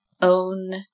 own